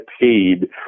paid